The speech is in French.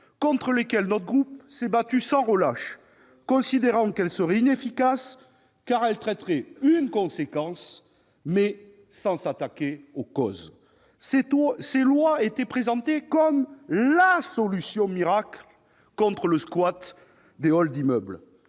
contre lesquelles notre groupe s'était battu sans relâche, considérant qu'elles seraient inefficaces, car elles traitaient une conséquence sans s'attaquer aux causes. Ces lois étaient présentées comme la solution miracle contre le squat des halls d'immeubles.